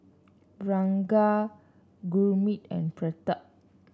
Ranga Gurmeet and Pratap